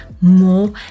more